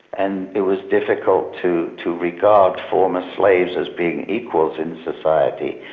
and it was difficult to to regard former slaves as being equals in society.